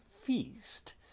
feast